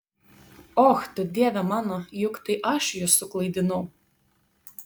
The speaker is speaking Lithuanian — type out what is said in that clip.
och tu dieve mano juk tai aš jus suklaidinau